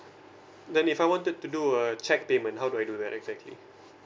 then if I wanted to do a cheque payment how do I do that exactly